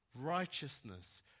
righteousness